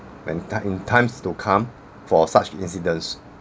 when in times to come for such incidents